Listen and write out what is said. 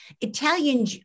Italian